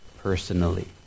personally